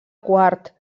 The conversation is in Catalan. quart